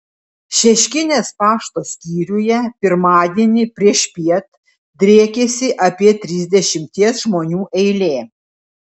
šeškinės pašto skyriuje pirmadienį priešpiet driekėsi apie trisdešimties žmonių eilė